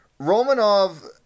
Romanov